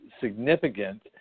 significant